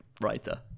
writer